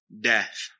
death